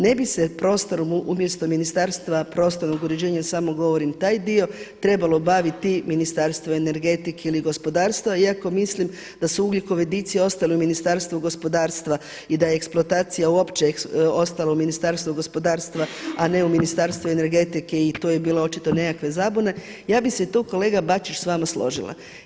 Ne bi se prostorom umjesto Ministarstva prostornog uređenja, samo govorim taj dio, trebalo baviti Ministarstvo energetike ili gospodarstva iako mislim da su ugljikovodici ostali u Ministarstvu gospodarstva i da je eksploatacija uopće ostala u Ministarstvu gospodarstva a ne u Ministarstvu energetike i tu je bilo očito nekakve zabune, ja bih se tu kolega Bačić s vama složila.